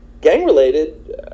Gang-related